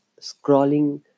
scrolling